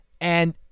and-